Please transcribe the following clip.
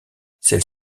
celle